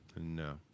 No